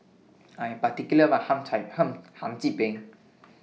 I Am particular about My Hum Chim Hum Hum Chim Peng